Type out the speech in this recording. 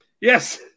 Yes